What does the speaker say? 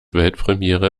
weltpremiere